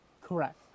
Correct